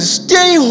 stay